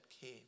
came